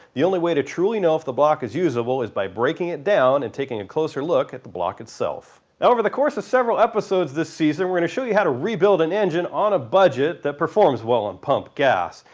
the only way to truely know if the block is usable is by breaking it down and taking a closer look at the block itself over the course of several episodes this season we're going to show you how to rebuild an engine on a budget that performs well on pump gas.